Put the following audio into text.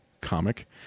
comic